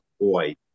boy